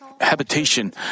habitation